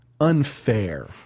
unfair